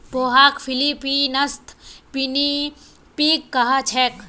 पोहाक फ़िलीपीन्सत पिनीपिग कह छेक